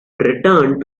returned